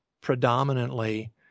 predominantly